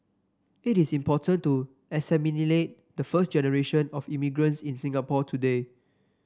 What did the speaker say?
it is important to assimilate the first generation of immigrants in Singapore today